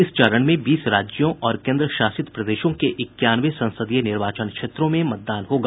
इस चरण में बीस राज्यों और केन्द्रशासित प्रदेशों के इक्यानवे संसदीय निर्वाचन क्षेत्रों में मतदान होगा